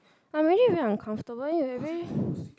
I'm already very uncomfortable then you like very